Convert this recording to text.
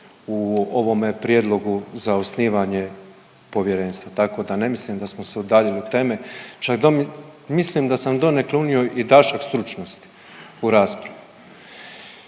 u ovome prijedlogu za osnivanje povjerenstva, tako da ne mislim da smo se udaljili od teme, čak mislim da sam donekle unio i dašak stručnosti u raspravi.